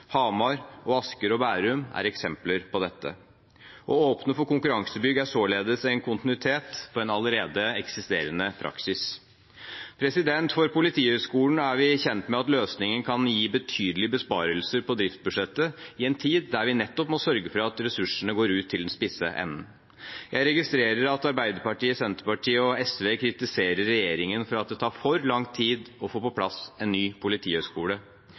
Hamar og Asker og Bærum er eksempler på dette. Å åpne for konkurransebygg er således en kontinuitet av en allerede eksisterende praksis. For Politihøgskolen er vi kjent med at løsningen kan gi betydelige besparelser på driftsbudsjettet, i en tid der vi nettopp må sørge for at ressursene går ut til den spisse enden. Jeg registrerer at Arbeiderpartiet, Senterpartiet og SV kritiserer regjeringen for at det tar for lang tid å få på plass en ny politihøgskole.